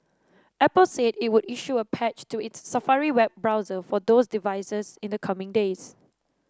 apple said it would issue a patch to its Safari web browser for those devices in the coming days